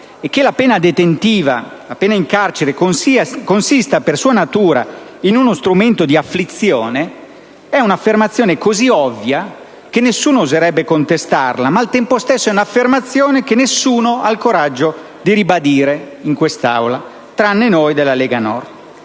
E che la pena detentiva - il carcere - consista, per sua natura, in uno strumento di afflizione è una affermazione così ovvia che nessuno oserebbe contestarla, ma, al tempo stesso, è un'affermazione che nessuno ha il coraggio di ribadire in quest'Aula, tranne noi della Lega Nord.